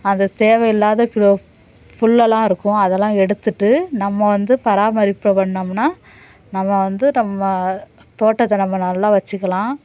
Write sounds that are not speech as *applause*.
அந்த தேவையில்லாத *unintelligible* புல்லலாம் இருக்கும் அதெல்லாம் எடுத்துவிட்டு நம்ம வந்து பராமரிப்பு பண்ணோமுன்னா நம்ம வந்து நம்ம தோட்டத்தை நம்ம நல்லா வச்சிக்கலாம்